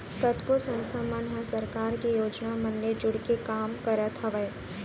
कतको संस्था मन ह सरकार के योजना मन ले जुड़के काम करत हावय